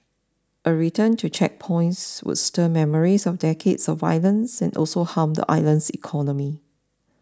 a return to checkpoints would stir memories of decades of violence and also harm the island's economy